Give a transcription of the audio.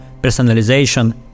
personalization